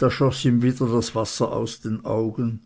da schoß ihm wieder das wasser aus den augen